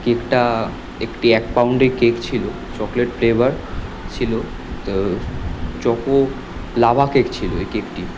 কেকটা একটি এক পাউন্ডের কেক ছিল চকলেট ফ্লেভার ছিল তো চকো লাভা কেক ছিল এটি একটি